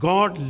God